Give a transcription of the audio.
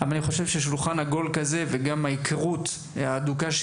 אני חושב ששולחן עגול שכזה וגם ההיכרות בין